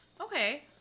Okay